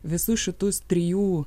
visus šitus trijų